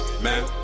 Man